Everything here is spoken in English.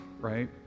right